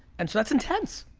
and so that's intense.